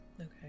Okay